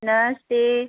नमस्ते